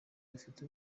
bafite